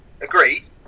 Agreed